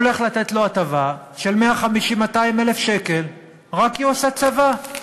הולך לתת לו הטבה של 150,000 200,000 שקל רק כי הוא עשה צבא.